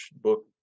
book